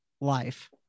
life